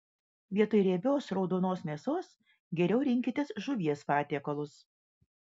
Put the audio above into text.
vietoj riebios raudonos mėsos geriau rinkitės žuvies patiekalus